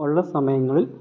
ഉള്ള സമയങ്ങളിൽ